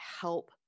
help